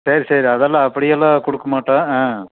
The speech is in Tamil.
சரி சரி அதெல்லாம் அப்படியெல்லாம் கொடுக்கமாட்டோம்